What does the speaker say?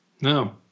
No